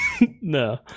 No